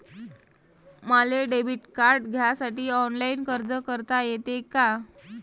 मले debit card घ्यासाठी online अर्ज करता येते का?